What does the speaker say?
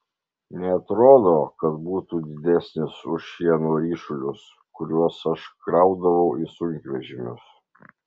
neatrodo kad būtų didesnis už šieno ryšulius kuriuos aš kraudavau į sunkvežimius